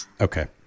Okay